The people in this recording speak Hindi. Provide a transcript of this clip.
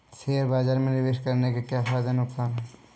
शेयर बाज़ार में निवेश करने के क्या फायदे और नुकसान हैं?